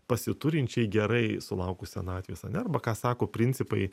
pasiturinčiai gerai sulaukus senatvės ane arba ką sako principai